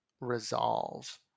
resolve